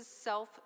self